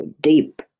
Deep